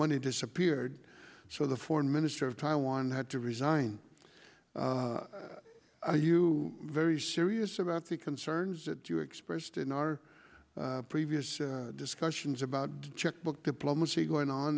money disappeared so the foreign minister of taiwan had to resign are you very serious about the concerns that you expressed in our previous discussions about checkbook diplomacy going on